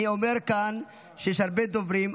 אני אומר כאן שיש הרבה דוברים.